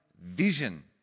vision